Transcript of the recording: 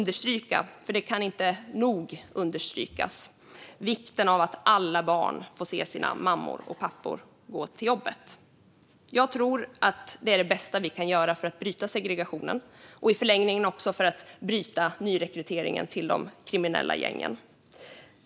Det går inte att nog understryka vikten av att alla barn får se sina mammor och pappor gå till jobbet. Jag tror att det är det bästa vi kan göra för att bryta segregationen och i förlängningen också bryta nyrekryteringen till de kriminella gängen.